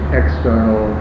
external